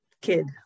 kid